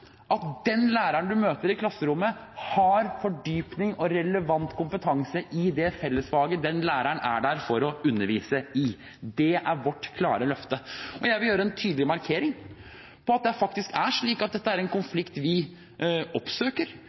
at læreren du møter i klasserommet, har fordypning og relevant kompetanse i fellesfaget læreren er der for å undervise i. Det er vårt klare løfte. Jeg vil gjøre en tydelig markering av at hvis det er slik at Senterpartiet mener at det ikke er